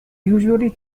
usually